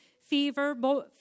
fever